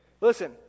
Listen